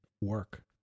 work